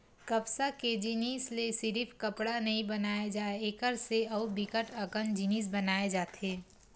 कपसा के जिनसि ले सिरिफ कपड़ा नइ बनाए जाए एकर से अउ बिकट अकन जिनिस बनाए जाथे